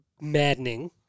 maddening